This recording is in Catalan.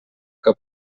que